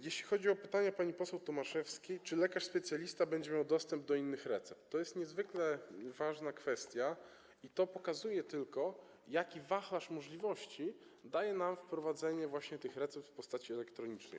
Jeśli chodzi o pytanie pani poseł Tomaszewskiej, czy lekarz specjalista będzie miał dostęp do innych recept, to jest to niezwykle ważna kwestia i pokazuje tylko, jaki wachlarz możliwości daje nam wprowadzenie właśnie tych recept w postaci elektronicznej.